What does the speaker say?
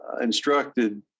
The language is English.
instructed